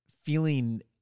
feeling